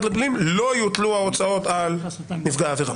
אזרחית לפלילים לא יוטלו ההוצאות על נפגע העבירה".